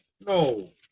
No